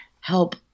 help